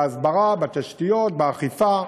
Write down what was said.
בהסברה, בתשתיות, באכיפה,